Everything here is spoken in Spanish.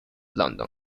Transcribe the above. london